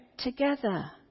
together